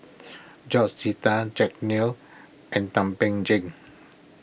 George Sita Jack Neo and Thum Ping Tjin